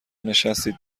نشستید